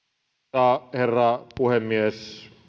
arvoisa herra puhemies